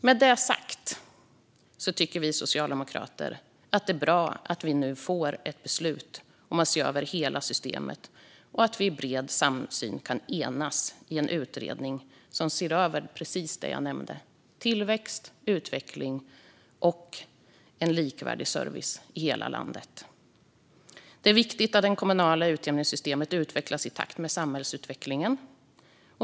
Med det sagt tycker vi socialdemokrater att det är bra att vi nu får ett beslut om att se över hela utjämningssystemet och att vi i bred samsyn kan enas i en utredning som ser över precis det jag nämnde: tillväxt, utveckling och likvärdig service i hela landet. Det är viktigt att det kommunala utjämningssystemet utvecklas i takt med samhällsutvecklingen.